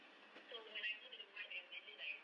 so when I go to the west it's really like